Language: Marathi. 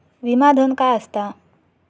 विमा धन काय असता?